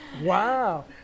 Wow